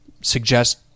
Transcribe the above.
suggest